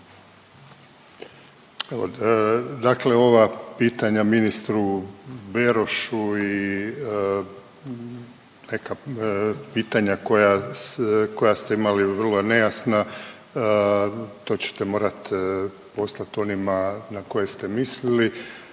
dakle ova pitanja ministru Berošu i neka pitanja koja, koja ste imali vrlo nejasna, to ćete morat poslat onima na koje ste mislili.